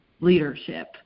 leadership